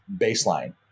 baseline